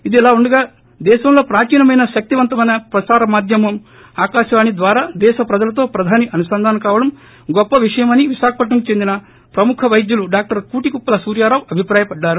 ఇదిలా ఉండగా దేశంలో ప్రాచీనమైన శక్తివంతమైన ప్రసార మాధ్యమం ఆకాశవాణి ద్వారా దేశ ప్రజలతో ప్రధాని అనుసంధానం కావడం గొప్ప విషయమని విశాఖపట్నంకు చెందిన ప్రముఖ వైద్యులు డాక్టర్ కూటికుప్పల సూర్యారావు అభిప్రాయపడ్డారు